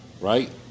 Right